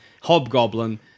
Hobgoblin